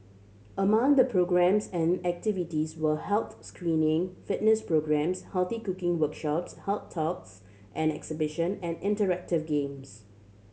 among the programmes and activities were health screening fitness programmes healthy cooking workshops health talks and exhibition and interactive games